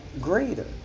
greater